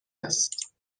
است